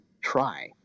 try